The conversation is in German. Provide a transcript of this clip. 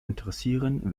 interessieren